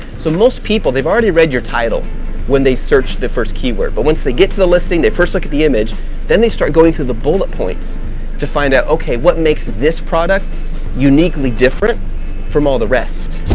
so most people, they've already read your title when they search the first keyword, but once they get to the listing, they first look at the image then they start going through the bullet points to find out okay what makes this product uniquely different from all the rest.